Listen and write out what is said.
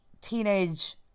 teenage